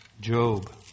Job